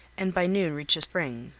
and by noon reach a spring,